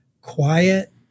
quiet